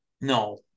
no